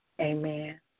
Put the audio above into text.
amen